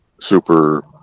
super